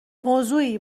موضوعی